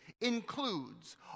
includes